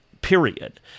period